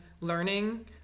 learning